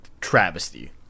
travesty